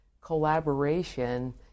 collaboration